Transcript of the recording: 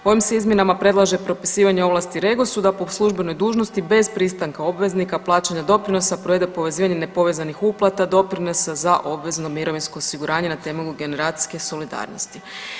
Ovim se izmjenama propisivanje ovlasti REGOS-u da po službenoj dužnosti bez pristanka obveznika plaćanja doprinosa provede povezivanje nepovezanih uplata doprinosa za obvezno mirovinsko osiguranje na temelju generacijske solidarnosti.